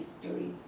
history